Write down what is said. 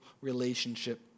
relationship